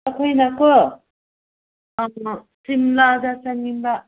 ꯑꯩꯈꯣꯏꯅꯀꯣ ꯁꯤꯝꯂꯥꯗ ꯆꯠꯅꯤꯡꯕ